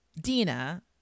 Dina